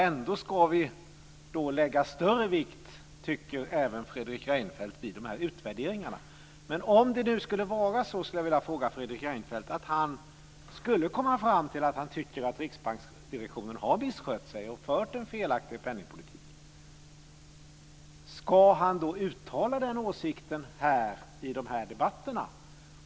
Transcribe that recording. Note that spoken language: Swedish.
Ändå ska vi lägga större vikt - det tycker även Fredrik Reinfeldt - vid de här utvärderingarna. Men om Fredrik Reinfeldt skulle komma fram till att han tycker att riksbanksdirektionen har misskött sig och fört en felaktig penningpolitik undrar jag om han ska uttala den åsikten i de här debatterna?